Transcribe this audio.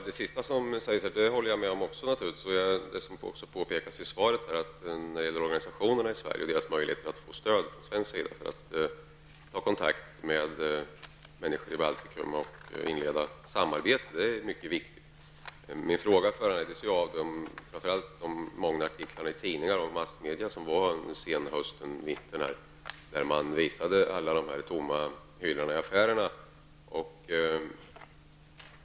Herr talman! Jag håller med om att det är mycket viktigt, vilket också påpekas i svaret, att organisationerna i Sverige har möjlighet att få stöd för att ta kontakt med människor i Baltikum och inleda ett samarbete. Min fråga föranleddes av de många artiklar som fanns i massmedia under senhösten, där de tomma hyllorna i affärerna visades.